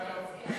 יש.